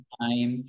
time